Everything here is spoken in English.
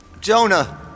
Jonah